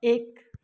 एक